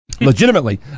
legitimately